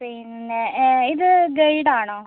പിന്നെ ഇത് ഗൈഡ് ആണോ